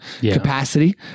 capacity